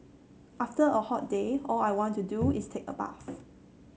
after a hot day all I want to do is take a bath